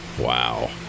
Wow